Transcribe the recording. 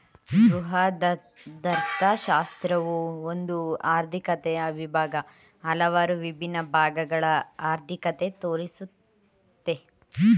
ಬೃಹದರ್ಥಶಾಸ್ತ್ರವು ಒಂದು ಆರ್ಥಿಕತೆಯ ವಿಭಾಗ, ಹಲವಾರು ವಿಭಿನ್ನ ಭಾಗಗಳ ಅರ್ಥಿಕತೆ ತೋರಿಸುತ್ತೆ